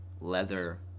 leather